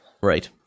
Right